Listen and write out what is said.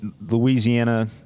Louisiana